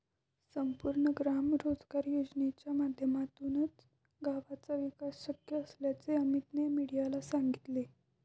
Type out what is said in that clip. संपूर्ण ग्राम रोजगार योजनेच्या माध्यमातूनच गावाचा विकास शक्य असल्याचे अमीतने मीडियाला सांगितले